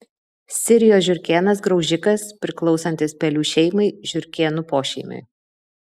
sirijos žiurkėnas graužikas priklausantis pelių šeimai žiurkėnų pošeimiui